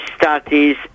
studies